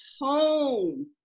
home